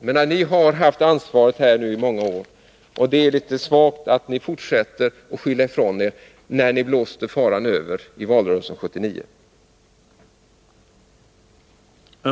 Men ni har ju haft ansvaret i många år nu, och det är litet svagt att ni fortsätter att skylla ifrån er, när ni blåste faran över i valrörelsen 1979.